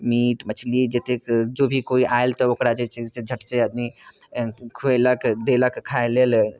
meat मछली जतेक जो भी कोइ आएल तऽ ओकरा जे छै से झटसँ आदमी खुएलक देलक खाइ लेल